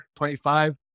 25